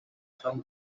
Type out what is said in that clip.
from